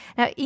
Now